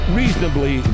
reasonably